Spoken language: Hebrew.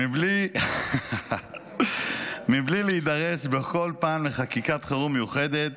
מבלי להידרש בכל פעם לחקיקת חירום מיוחדת